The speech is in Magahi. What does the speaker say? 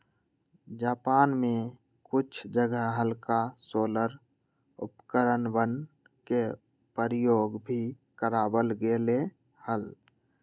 जापान में कुछ जगह हल्का सोलर उपकरणवन के प्रयोग भी करावल गेले हल